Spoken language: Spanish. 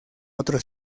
otro